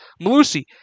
Malusi